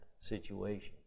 situation